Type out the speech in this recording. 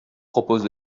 propose